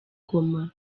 koma